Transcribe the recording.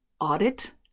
audit